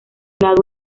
lado